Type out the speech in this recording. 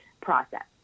process